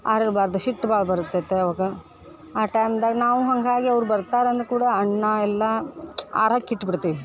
ಆರಿರಬಾರ್ದು ಸಿಟ್ ಭಾಳ ಬರ್ತೈತೆ ಅವಾಗ ಆ ಟೈಮ್ದಾಗ್ ನಾವು ಹಾಗಾಗಿ ಅವ್ರು ಬರ್ತಾರೆ ಅಂದ ಕುಡ ಅನ್ನ ಎಲ್ಲ ಆರಕ್ಕೆ ಇಟ್ಬಿಡ್ತೀವಿ